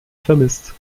vermisst